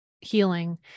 healing